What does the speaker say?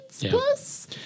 plus